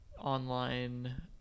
online